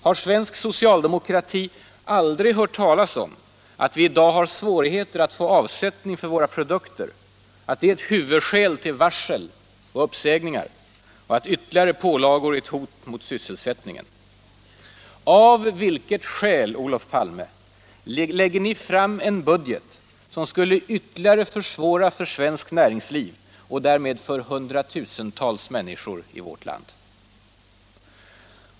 Har svensk socialdemokrati aldrig hört talas om att vi i dag har svårigheter att få avsättning för våra produkter, att det är ett huvudskäl till varsel och uppsägningar och att ytterligare pålagor är ett hot mot sysselsättningen? Av vilket skäl, Olof Palme, lägger ni fram en budget som skulle ytterligare försvåra för svenskt näringsliv och därmed för hundratusentals människor i vårt land?